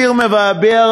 הסיר מבעבע,